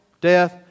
death